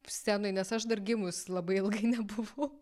scenoj nes aš dar gimus labai ilgai nebuvau